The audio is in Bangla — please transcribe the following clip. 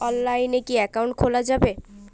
অনলাইনে কি অ্যাকাউন্ট খোলা যাবে?